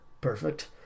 Perfect